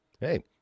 hey